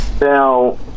now